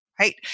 Right